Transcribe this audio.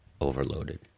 overloaded